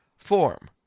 form